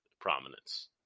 prominence